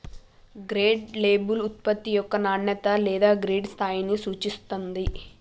grade label ఉత్పత్తి యొక్క నాణ్యత లేదా గ్రేడ్ స్థాయిని సూచిత్తాంది